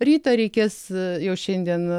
rytą reikės jau šiandien